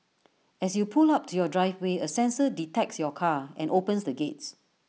as you pull up to your driveway A sensor detects your car and opens the gates